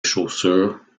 chaussures